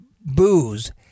booze